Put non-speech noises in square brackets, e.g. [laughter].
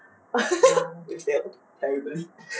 [laughs] you failed terribly